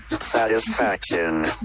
satisfaction